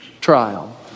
trial